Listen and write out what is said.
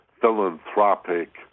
philanthropic